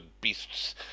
beasts